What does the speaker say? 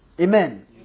amen